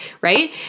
right